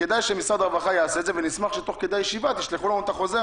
כדי שמשרד הרווחה יעשה את זה ונשמח שתוך כדי הישיבה תשלחו לנו את החוזר,